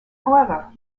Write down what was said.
however